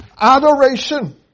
adoration